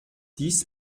dies